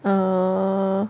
err